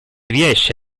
riesce